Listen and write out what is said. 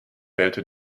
wählte